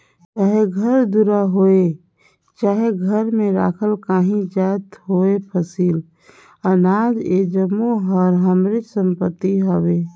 चाहे घर दुरा होए चहे घर में राखल काहीं जाएत होए फसिल, अनाज ए जम्मो हर हमरेच संपत्ति हवे